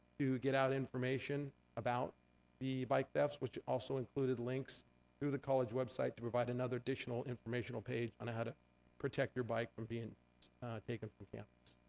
to get out information about the bike thefts, which also included links to the college website to provide another additional informational page on how to protect your bike from being taken from campus.